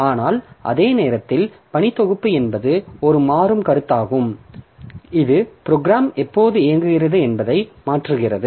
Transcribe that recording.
ஆனால் அதே நேரத்தில் பணி தொகுப்பு என்பது ஒரு மாறும் கருத்தாகும் இது ப்ரோக்ராம் எப்போது இயங்குகிறது என்பதை மாற்றுகிறது